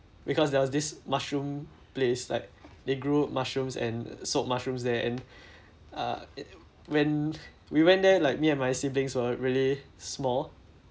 because there was this mushroom place like they grew mushrooms and soak mushrooms there and uh when we went there like me and my siblings were really small